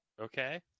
Okay